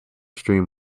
stream